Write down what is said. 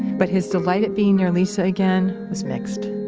but his delight at being near lisa again was mixed